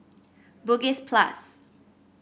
Bugis Plus